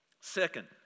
Second